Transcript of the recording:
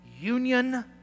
union